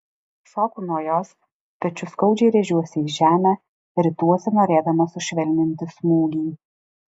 šoku nuo jos pečiu skaudžiai rėžiuosi į žemę rituosi norėdamas sušvelninti smūgį